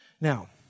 Now